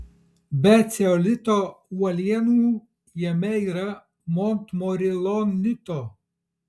be ceolito uolienų jame yra montmorilonito